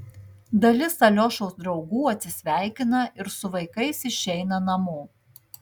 dalis aliošos draugų atsisveikina ir su vaikais išeina namo